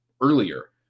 earlier